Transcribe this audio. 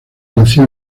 nació